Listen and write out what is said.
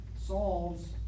solves